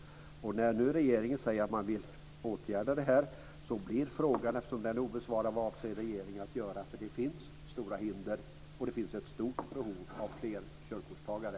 När nu regeringen säger att man vill åtgärda det här blir frågan: Vad avser regeringen att göra? Den frågan är nämligen obesvarad. Det finns stora hinder, och det finns ett stort behov av fler körkortstagare.